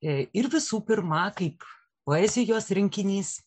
ir visų pirma kaip poezijos rinkinys